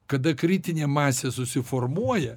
kada kritinė masė susiformuoja